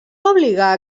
obligar